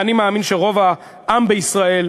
אני מאמין שרוב העם בישראל,